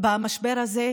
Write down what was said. במשבר הזה,